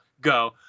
Go